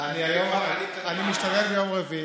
אני אשתדל ביום רביעי.